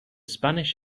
spanish